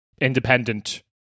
independent